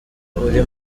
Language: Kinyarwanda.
uri